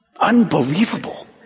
Unbelievable